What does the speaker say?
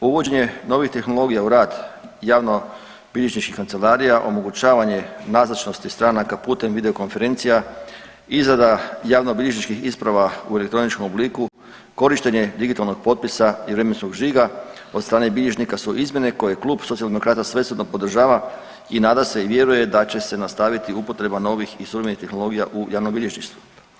Uvođenje novih tehnologija u rad javnobilježničkih kancelarija omogućavanje nazočnosti stranaka putem video konferencija, izrada javnobilježničkih isprava u elektroničkom obliku, korištenje digitalnog potpisa i vremenskog žiga od strane bilježnika su izmjene koje klub Socijaldemokrata svesrdno podržava i nada se i vjeruje da će se nastaviti upotreba novih i službenih tehnologija u javnom bilježništvu.